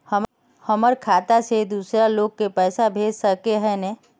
हमर खाता से दूसरा लोग के पैसा भेज सके है ने?